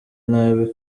nabi